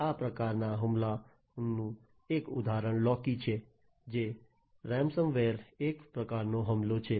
આ પ્રકારના હુમલાનું એક ઉદાહરણ લોકી છે જે ransom ware એક પ્રકારનો હુમલો છે